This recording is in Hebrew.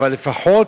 אז לפחות,